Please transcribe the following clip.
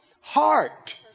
heart